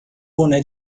boné